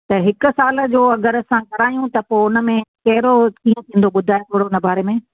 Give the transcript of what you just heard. त हिक साल जो अगरि असां करायूं त पोइ उनमें कहिड़ो कीअं थींदो ॿुधायो थोरो उन बारे में